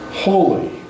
Holy